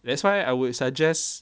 that's why I would suggest